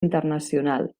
internacional